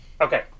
okay